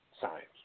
science